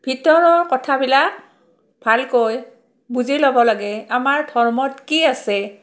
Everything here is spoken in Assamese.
ভিতৰৰ কথাবিলাক ভালকৈ বুজি ল'ব লাগে আমাৰ ধৰ্মত কি আছে